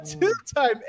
two-time